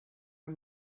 are